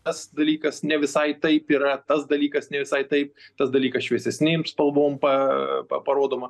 tas dalykas ne visai taip yra tas dalykas ne visai taip tas dalykas šviesesnėm spalvom pa pa parodoma